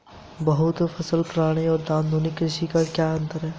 बहुविध फसल प्रणाली और आधुनिक कृषि की विधि में क्या अंतर है?